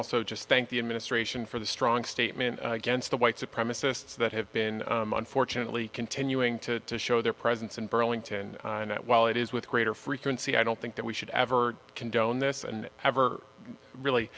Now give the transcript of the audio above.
also just thank the administration for the strong statement against the white supremacists that have been unfortunately continuing to show their presence in burlington and that while it is with greater frequency i don't think that we should ever condone this and ever really